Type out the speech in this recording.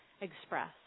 express